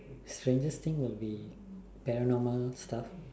strangest thing will be paranormal stuff